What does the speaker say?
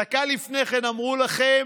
דקה לפני כן אמרו לכם: